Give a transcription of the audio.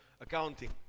accounting